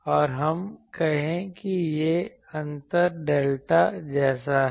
और हम कहें कि यह अंतर डेल्टा जैसा है